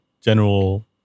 general